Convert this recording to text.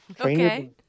Okay